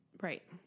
Right